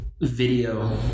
video